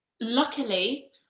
luckily